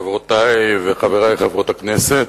חברותי וחברי חברות הכנסת,